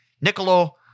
Niccolo